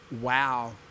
Wow